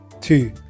two